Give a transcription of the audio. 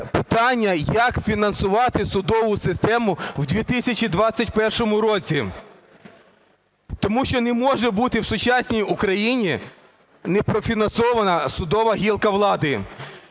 питання, як фінансувати судову систему в 2021 році. Тому що не може бути в сучасній Україні не профінансована судова гілка влади.